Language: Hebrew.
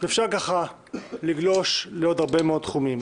ואפשר כך לגלוש לעוד הרבה מאוד תחומים.